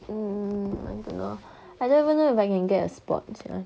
mm I don't know I don't even know if I can get a spot sia